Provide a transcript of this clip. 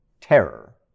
terror